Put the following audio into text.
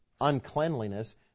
uncleanliness